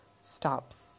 stops